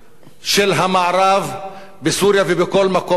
של המערב בסוריה ובכל מקום אחר.